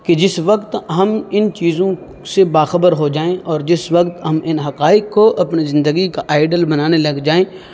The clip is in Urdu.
کہ جس وقت ہم ان چیزوں سے با خبر ہو جائیں اور جس وقت ہم ان حقائق کو اپنی زندگی کا آئیڈل بنانے لگ جائیں